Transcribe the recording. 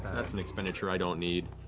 that's an expenditure i don't need.